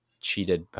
cheated